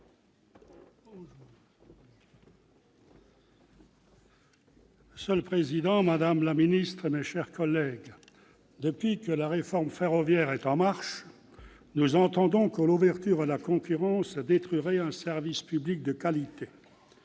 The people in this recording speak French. Monsieur le président, madame la ministre, mes chers collègues, depuis que la réforme ferroviaire est en marche, nous entendons que l'ouverture à la concurrence détruirait un service public de qualité.